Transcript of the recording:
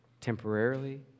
temporarily